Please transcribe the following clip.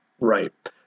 Right